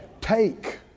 Take